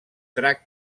drac